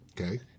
Okay